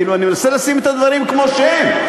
כאילו, אני מנסה לשים את הדברים כמו שהם.